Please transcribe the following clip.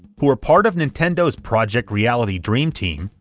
who were part of nintendo's project reality dream team,